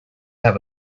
have